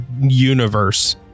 universe